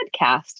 podcast